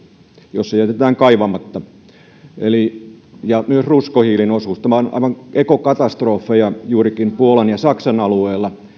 jos se jätetään kaivamatta ja on myös ruskohiilen osuus nämä ovat aivan ekokatastrofeja juurikin puolan ja saksan alueella